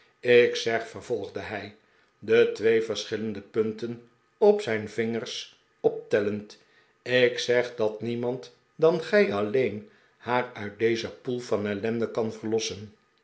ik zeg vervolgde hij de twee verschillende punten op zijn vingers optellend ik zeg dat niemand dan gij alleen haar uit dezen poel van ellende kan verlossen